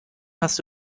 hast